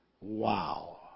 Wow